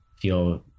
feel